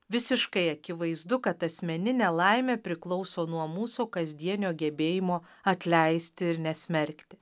visiškai akivaizdu kad asmeninė laimė priklauso nuo mūsų kasdienio gebėjimo atleisti ir nesmerkti